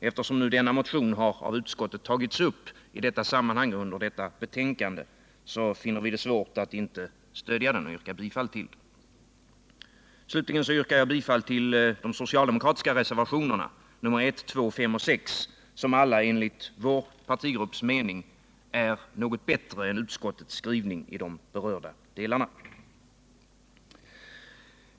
Eftersom denna motion av utskottet tagits upp i detta sammanhang finner vi det svårt att inte stödja den och yrka bifall till den. Slutligen yrkar jag bifall till de socialdemokratiska reservationerna 1, 2, 5 och 6, som alla enligt vårt partis mening är något bättre än utskottets skrivning i de berörda delarna.